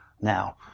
now